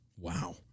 Wow